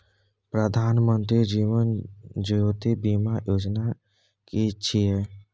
प्रधानमंत्री जीवन ज्योति बीमा योजना कि छिए?